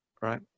right